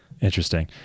Interesting